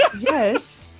Yes